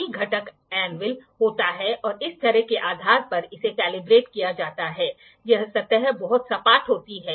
blade और dial को इकाई या युनिट के रूप में घुमाया जाता है